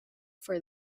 for